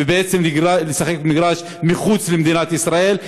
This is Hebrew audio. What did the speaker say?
ובעצם לשחק במגרש מחוץ למדינת ישראל,